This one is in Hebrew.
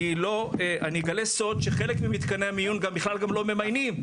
אני אגלה סוד שחלק ממתקני המיון בכלל גם לא ממיינים.